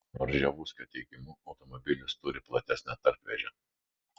rževuskio teigimu automobilis turi platesnę tarpvėžę